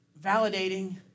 validating